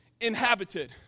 inhabited